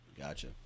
Gotcha